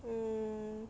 mm